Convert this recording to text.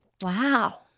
Wow